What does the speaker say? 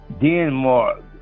Denmark